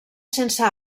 sense